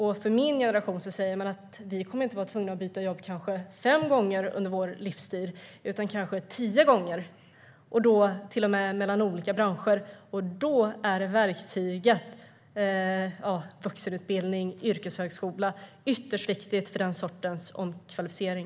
Min generation kommer inte att vara tvungen att byta jobb kanske fem gånger under vår livstid utan kanske tio gånger, till och med mellan olika branscher. Då är verktyget vuxenutbildning och yrkeshögskola ytterst viktigt för den sortens omkvalificering.